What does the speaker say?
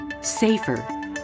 safer